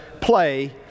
play